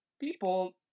people